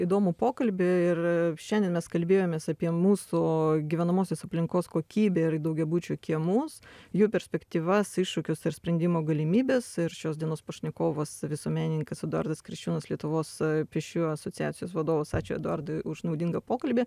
įdomų pokalbį ir šiandien mes kalbėjomės apie mūsų gyvenamosios aplinkos kokybę ir daugiabučių kiemus jų perspektyvas iššūkius ir sprendimo galimybes ir šios dienos pašnekovas visuomenininkas eduardas kriščiūnas lietuvos pėsčiųjų asociacijos vadovas ačiū eduardui už naudingą pokalbį